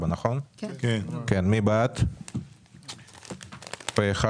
שע"י צעירי אגודת חב"ד 580543874 בית חב"ד